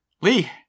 Lee